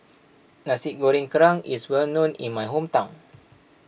Nasi Goreng Kerang is well known in my hometown